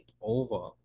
over